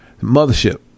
Mothership